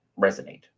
resonate